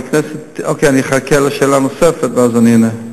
אני אחכה לשאלה נוספת, ואז אני אענה.